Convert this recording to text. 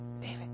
David